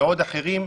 ועוד אחרים,